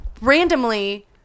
randomly